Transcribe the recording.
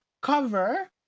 cover